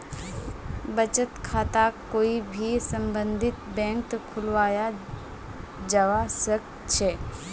बचत खाताक कोई भी सम्बन्धित बैंकत खुलवाया जवा सक छे